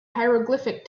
hieroglyphic